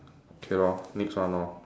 okay lor next one lor